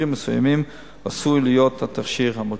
שבמקרים מסוימים עשוי להיות התכשיר המקורי.